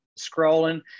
scrolling